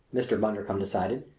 mr. bundercombe decided,